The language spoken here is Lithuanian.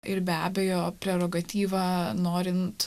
ir be abejo prerogatyva norint